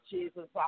Jesus